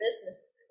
business